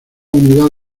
unidad